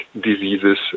diseases